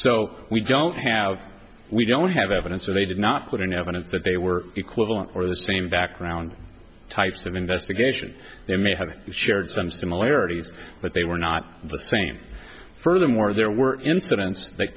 so we don't have we don't have evidence that they did not put in evidence that they were equivalent or the same background types of investigation they may have shared some similarities but they were not the same furthermore there were incidents that